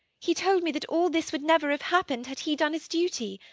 he told me that all this would never have happened, had he done his duty.